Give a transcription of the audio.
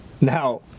Now